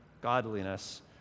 godliness